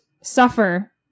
suffer